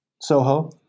Soho